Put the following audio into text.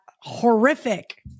horrific